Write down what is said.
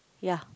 ya